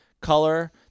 color